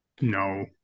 No